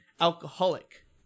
alcoholic